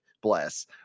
bless